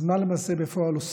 אז מה עושים בפועל?